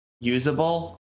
usable